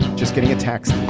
just getting a tax.